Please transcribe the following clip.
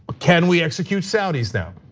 can we execute saudis now?